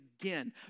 again